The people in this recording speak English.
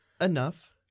Enough